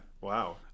Wow